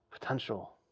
potential